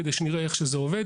כדי שנראה איך שזה עובד.